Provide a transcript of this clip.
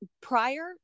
prior